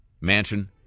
mansion